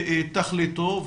שתכליתו,